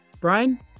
Brian